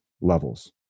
levels